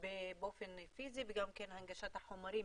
ובאופן פיזי וגם כן הנגשת החומרים